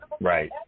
Right